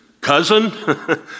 Cousin